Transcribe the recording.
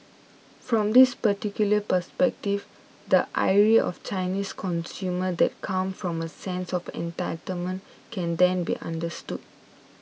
from this particular perspective the ire of Chinese consumers that come from a sense of entitlement can then be understood